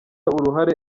uruhare